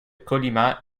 colima